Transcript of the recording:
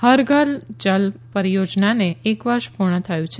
હર ઘર જલ યોજનાને એક વર્ષ પૂર્ણ થયું છે